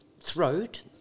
throat